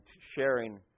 sharing